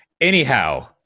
Anyhow